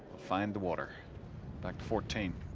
find the water back to fourteen